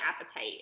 appetite